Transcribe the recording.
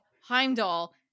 Heimdall